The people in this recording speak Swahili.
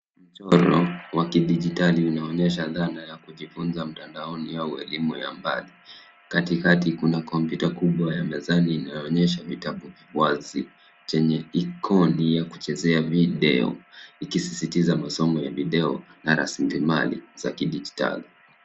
Mchoro wa kidijitali unaonyesha dhana ya kujifunza mtandaoni au elimu ya mbali. Katikati kuna kompyuta kubwa ya mezani inayoonyesha vitabu wazi chenye ikoni ya kuchezea video ikisisitiza masomo ya video na rasilimali za kidijitali.